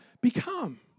become